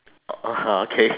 orh okay